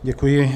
Děkuji.